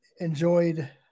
enjoyed